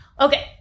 Okay